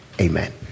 Amen